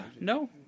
No